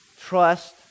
trust